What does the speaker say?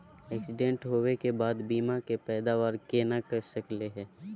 Accident होवे के बाद बीमा के पैदावार केना कर सकली हे?